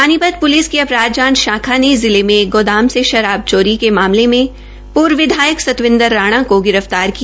Panipat police की अपराध जांच शाखा ने जिले में एक गोदाम से शराब चोरी के मामले में पूर्व विधायक संतविंदर राणा को गिरफ्तार किया